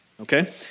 okay